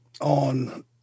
on